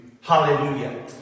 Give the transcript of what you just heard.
Hallelujah